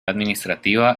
administrativa